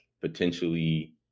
potentially